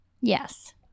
Yes